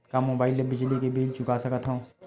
का मुबाइल ले बिजली के बिल चुका सकथव?